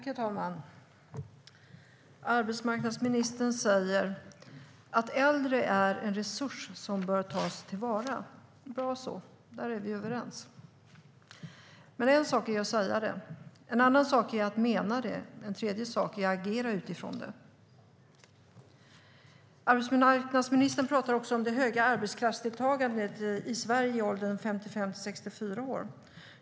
Herr talman! Arbetsmarknadsministern säger att äldre är en resurs som bör tas till vara. Det är bra; där är vi överens. Men det är en sak att säga det. En annan sak är att mena det. En tredje sak är att agera utifrån det. Arbetsmarknadsministern pratar också om det höga arbetskraftsdeltagandet i Sverige i åldern 55-64 år.